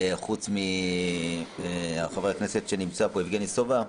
חוץ מחבר הכנסת שנמצא פה, יבגני סובה.